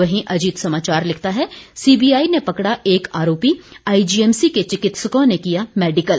वहीं अजीत समाचार लिखता है सीबीआई ने पकड़ा एक आरोपी आईजीएमसी के चिकित्सकों ने किया मैडिकल